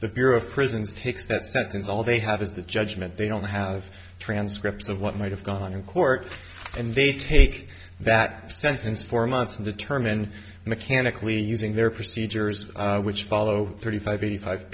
the bureau of prisons takes that sentence all they have is the judgment they don't have transcripts of what might have gone on in court and they take that sentence for months and determine mechanically using their procedures which follow thirty five eighty five